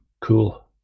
Cool